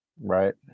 Right